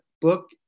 book